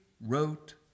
wrote